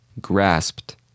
Grasped